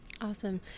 Awesome